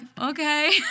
okay